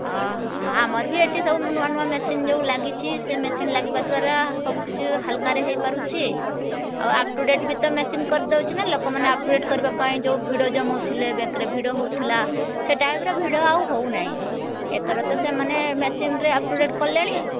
ଓହଃ ଆମର ବି ଏଠି ସବୁ ନୂଆ ନୂଆ ମେସିନ୍ ଯେଉଁ ଲାଗିଛି ସେ ମେସିନ୍ ଲାଗିବା ଦ୍ଵାରା ସବୁ କିଛି ହାଲୁକାରେ ହେଇପାରୁଛି ଆଉ ଅପ୍ ଟୁ ଡେଟ୍ ବି ତ ମେସିନ୍ କରିଦେଉଛି ନା ତ ଲୋକମାନେ ଅପ୍ ଟୁ ଡେଟ୍ କରିବା ପାଇଁ ଯେଉଁ ଭିଡ଼ ଜମାଉଥିଲେ ବ୍ୟାଙ୍କ୍ରେ ଭିଡ଼ ହେଉଥିଲା ସେ ଟାଇପ୍ର ଭିଡ଼ ଆଉ ହେଉନାହିଁ ଏଥର ତ ସେମାନେ ସବୁ ମେସିନ୍ରେ ତ ଅପ୍ ଟୁ ଡେଟ୍ କଲେଣି